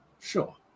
sure